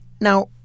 now